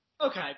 Okay